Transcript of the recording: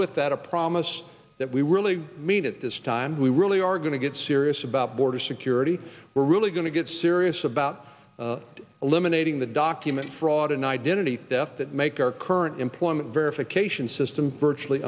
with that a promise that we really mean at this time we really are going to get serious about border security we're really going to get serious about eliminating the document fraud and identity theft that make our current employment verification system virtually